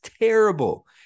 terrible